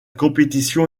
compétition